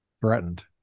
threatened